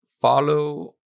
follow